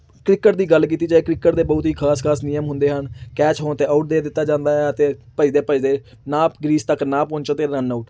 cricket ਦੀ ਗੱਲ ਕੀਤੀ ਜਾਏ ਕ੍ਰਿਕਟ ਦੇ ਬਹੁਤ ਹੀ ਖ਼ਾਸ ਖ਼ਾਸ ਨਿਯਮ ਹੁੰਦੇ ਹਨ ਕੈਚ ਹੋਣ 'ਤੇ ਆਊਟ ਦੇ ਦਿੱਤਾ ਜਾਂਦਾ ਹੈ ਅਤੇ ਭੱਜਦੇ ਭੱਜਦੇ ਨਾ ਕਰੀਸ ਤੱਕ ਨਾ ਪਹੁੰਚੋ ਤਾਂ ਰਨ ਆਊਟ